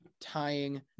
tying